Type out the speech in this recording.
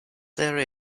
there